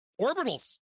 Orbitals